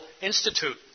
Institute